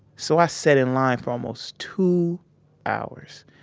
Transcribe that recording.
so, i set in line for almost two hours.